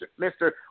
Mr